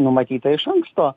numatyta iš anksto